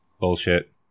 Bullshit